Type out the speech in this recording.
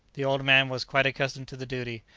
the old man was quite accustomed to the duty.